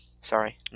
Sorry